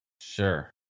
Sure